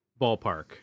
ballpark